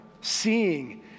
seeing